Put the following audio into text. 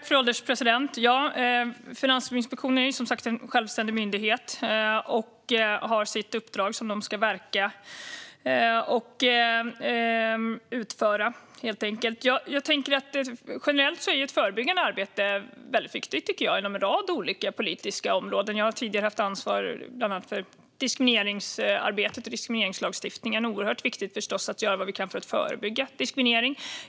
Fru ålderspresident! Finansinspektionen är som sagt en självständig myndighet och har ett uppdrag som de ska utföra. Generellt tycker jag att förebyggande arbete är väldigt viktigt inom en rad olika politiska områden. Jag har tidigare haft ansvar bland annat för diskrimineringsarbetet och diskrimineringslagstiftningen, och det är förstås oerhört viktigt att vi gör vad vi kan för att förebygga diskriminering.